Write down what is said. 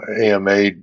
AMA